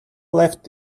left